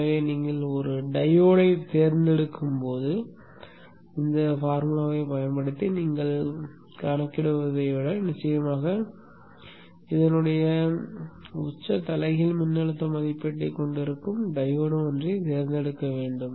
எனவே நீங்கள் ஒரு டையோடைத் தேர்ந்தெடுக்கும்போது இந்த சூத்திரத்தைப் பயன்படுத்தி நீங்கள் கணக்கிடுவதை விட நிச்சயமாக உச்ச தலைகீழ் மின்னழுத்த மதிப்பீட்டைக் கொண்டிருக்கும் டையோடு ஒன்றைத் தேர்ந்தெடுக்க வேண்டும்